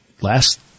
last